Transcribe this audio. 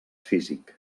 físic